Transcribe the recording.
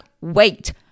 wait